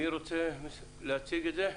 מי רוצה להציג את זה?